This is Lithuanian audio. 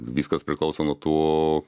viskas priklauso nuo to